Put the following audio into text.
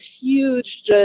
huge